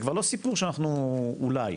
זה כבר לא סיפור שאנחנו אולי,